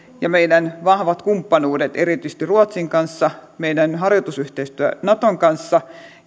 ja meidän vahvat kumppanuutemme erityisesti ruotsin kanssa meidän harjoitusyhteistyömme naton kanssa